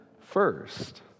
first